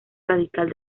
radical